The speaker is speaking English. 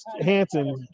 Hanson